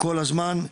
כל הזמן.